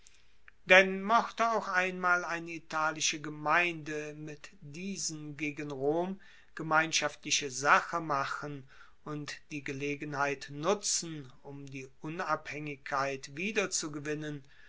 denn mochte auch einmal eine italische gemeinde mit diesen gegen rom gemeinschaftliche sache machen und die gelegenheit nutzen um die unabhaengigkeit wiederzugewinnen